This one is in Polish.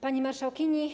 Pani Marszałkini!